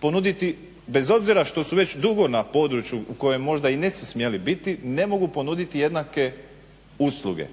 ponuditi bez obzira što su već dugo na području u kojem možda i nisu smjeli biti ne mogu ponuditi jednake usluge